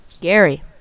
Gary